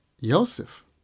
Yosef